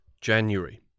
January